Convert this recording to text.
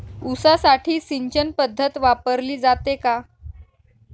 ऊसासाठी सिंचन पद्धत वापरली जाते का?